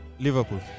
Liverpool